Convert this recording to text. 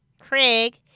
Craig